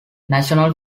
national